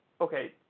okay